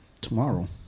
tomorrow